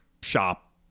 shop